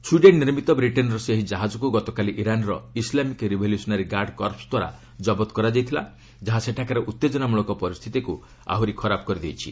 Sweden ନିର୍ମିତ ବ୍ରିଟେନ୍ର ସେହି ଜାହାଜକୁ ଗତକାଲି ଇରାନ୍ର ଇସଲାମିକ୍ ରିଭଲ୍ୟୁସ୍ନାରୀ ଗାର୍ଡ କର୍ପସ୍ ଦ୍ୱାରା କବତ କରାଯାଇଥିଲା ଯାହା ସେଠାକାର ଉତ୍ତେଜନା ମୂଳକ ପରିସ୍ଥିତିକୁ ଆହୁରି ଖରାପ କରିଦେଇଛି